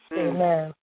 Amen